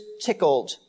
tickled